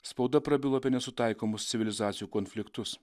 spauda prabilo apie nesutaikomus civilizacijų konfliktus